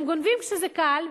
הם גונבים כשזה קל.